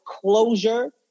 closure